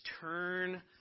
turn